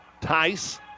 Tice